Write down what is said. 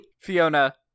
Fiona